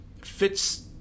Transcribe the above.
fits